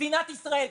מדינת ישראל,